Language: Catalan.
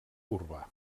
urbà